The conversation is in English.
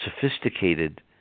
sophisticated